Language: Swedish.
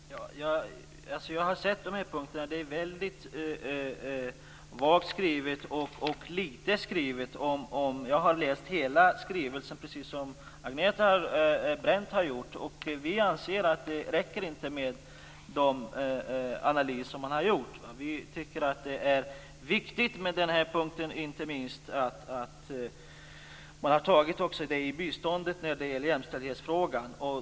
Fru talman! Jag har sett de där punkterna. Det är väldigt vagt skrivet, och lite skrivet. Jag har läst hela skrivelsen precis som Agneta Brendt har gjort. Vi anser inte att det räcker med de analyser som man har gjort. Vi tycker att det är viktigt med den här punkten, inte minst att man har tagit med jämställdhetsfrågan också i biståndet.